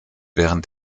während